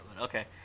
Okay